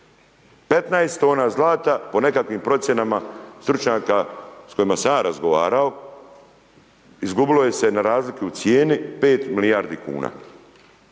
15 tona zlata po nekakvim procjenama stručnjaka s kojima sam ja razgovarao, izgubilo je se na razliki u cijeni 5 milijardi kuna.